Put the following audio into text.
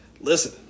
listen